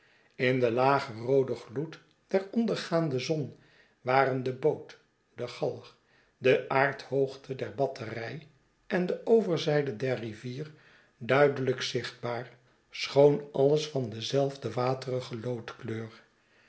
in den lagen rooden gloed der ondergaande zon waren de boot de galg de aardhoogte der batterij en de overzijde der rivier duidelijk zichtbaar schoon alles van dezelfde